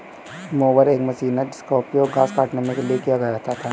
mower एक machine है जिसका उपयोग घास काटने के लिए किया जाता है